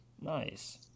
Nice